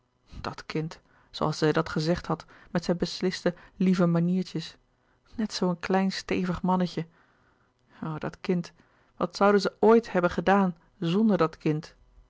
couperus de boeken der kleine zielen had met zijn besliste lieve maniertjes net zoo een klein stevig mannetje o dat kind wat zouden zij ooit hebben gedaan zonder dat kind